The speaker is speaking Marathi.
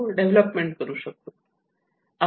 डेव्हलपमेंट करू शकतो